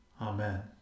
Amen